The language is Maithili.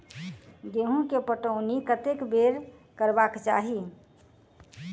गेंहूँ केँ पटौनी कत्ते बेर करबाक चाहि?